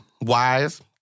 wise